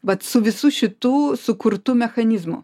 vat su visu šitu sukurtu mechanizmu